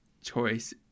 choice